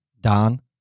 Don